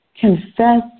Confess